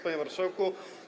Panie Marszałku!